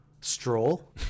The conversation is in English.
stroll